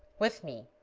with me,